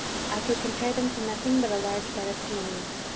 i could compare them to nothing but a large bed of pionies.